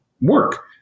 work